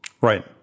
Right